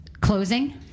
closing